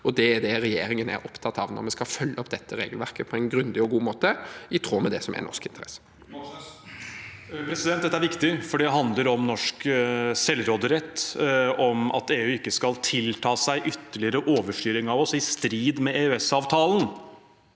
Det er det regjeringen er opptatt av når vi skal følge opp dette regelverket på en grundig og god måte, i tråd med det som er norske interesser. Bjørnar Moxnes (R) Dette er viktig, for det handler om norsk selvråderett, om at EU ikke skal tilta seg ytterligere overstyring av oss i strid med EØSavtalen.